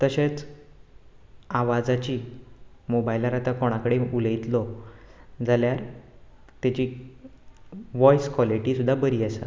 तशेंच आवाजाची मोबायलार आतां कोणा कडेन उलयतलो जाल्यार ताची वॉयस कॉलिटी सुद्दां बरी आसा